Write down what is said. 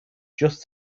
just